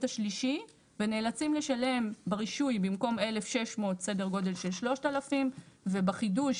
השלישי ונאלצים לשלם ברישוי במקום 1,600 סדר גודל של 3,000. ובחידוש,